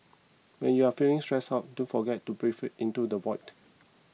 when you are feeling stressed out don't forget to breathe into the void